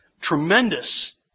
tremendous